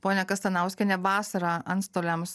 ponia kastanauskiene vasarą antstoliams